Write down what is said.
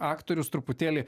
aktorius truputėlį